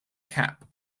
cap